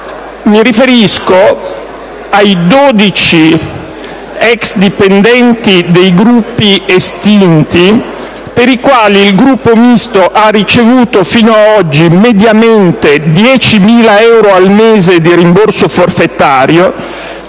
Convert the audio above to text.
che, per 12 ex dipendenti dei Gruppi estinti, il Gruppo Misto ha ricevuto fino ad oggi mediamente 10.000 euro al mese di rimborso forfetario,